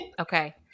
Okay